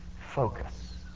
focus